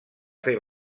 fer